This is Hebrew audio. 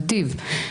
נתיב,